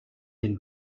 den